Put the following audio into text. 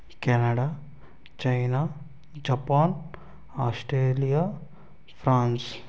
Canada China Japan Australia France